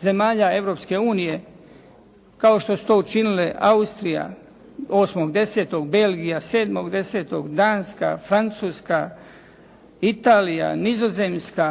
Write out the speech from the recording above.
zemalja Europske unije kao što su to učinile Austrija 8.10., Belgija 7.10., Danska, Francuska, Italija, Nizozemska,